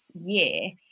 year